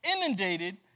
inundated